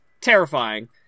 terrifying